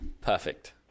Perfect